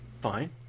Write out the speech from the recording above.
fine